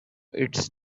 its